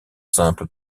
simple